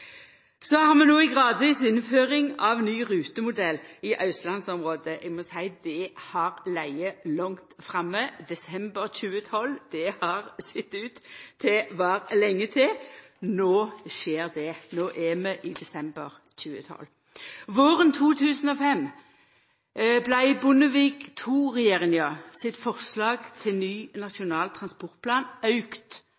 har no ei gradvis innføring av ny rutemodell i austlandsområdet. Eg må seie det har lege langt framme – desember 2012 har sett ut til å vera lenge til – men no skjer det, no er vi i desember 2012. Våren 2005 vart Bondevik II-regjeringa sitt forslag til ny